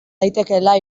daitekeela